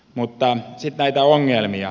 sitten näitä ongelmia